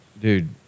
dude